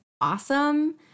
awesome